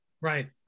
Right